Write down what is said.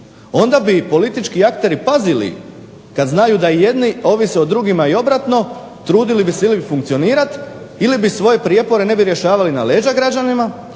Onda bi politički akteri pazili kad znaju da jedni ovise o drugima i obratno, trudili bi se ili funkcionirat ili svoje prijepore ne bi rješavali na leđa građanima